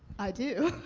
i do.